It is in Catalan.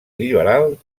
liberal